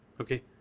Okay